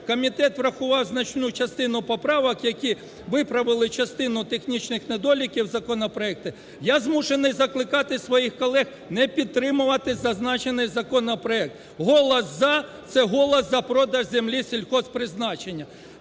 комітет врахував значну частину поправок, які виправили частину технічних недоліків законопроекту, я змушений закликати своїх колег не підтримувати зазначений законопроект, голос "за" – це голос за продаж землі сільгоспгпризначення.